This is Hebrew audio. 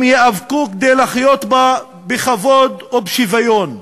ייאבקו כדי לחיות בה בכבוד ובשוויון.